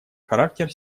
характер